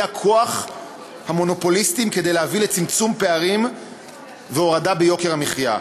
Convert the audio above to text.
הכוח המונופוליסטיים כדי להביא לצמצום פערים ולהורדה ביוקר המחיה.